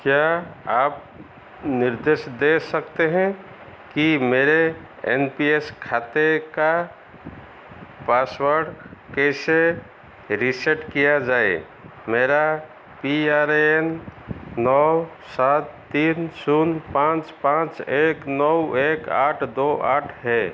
क्या आप निर्देश दे सकते हैं कि मेरे एन पी एस खाते का पासवर्ड कैसे रीसेट किया जाए मेरा पी आर ए एन नौ सात तीन शून्य पाँच पाँच एक नौ एक आठ दो आठ है